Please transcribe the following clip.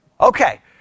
Okay